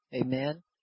Amen